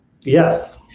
Yes